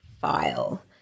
file